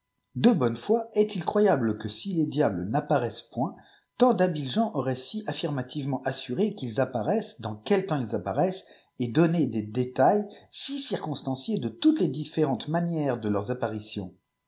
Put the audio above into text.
de bonne foi est-il croyable que si les diables n'apparaisseil point tant d'habiles gens auraient si affirmativement assuré quils apparaissent dans quel temps ils apparaissent et donner des dublfes lod tàflsi circonstanciés de toutes les différentes manières de leurs apparitions